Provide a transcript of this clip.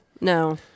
No